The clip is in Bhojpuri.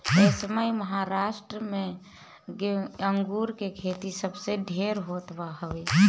एसमय महाराष्ट्र में अंगूर के खेती सबसे ढेर होत हवे